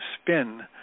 spin